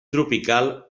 tropical